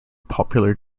popular